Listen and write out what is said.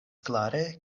klare